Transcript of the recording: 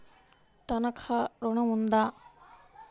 తనఖా ఋణం ఉందా?